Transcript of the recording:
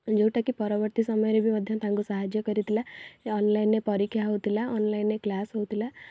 ଯେଉଁଟାକି ପରବର୍ତ୍ତୀ ସମୟରେ ବି ମଧ୍ୟ ତାଙ୍କୁ ସାହାଯ୍ୟ କରିଥିଲା ଅନଲାଇନରେ ପରୀକ୍ଷା ହଉଥିଲା ଅନଲାଇନରେ କ୍ଲାସ୍ ହଉଥିଲା